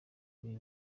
iri